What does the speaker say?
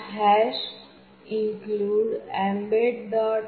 આ include mbed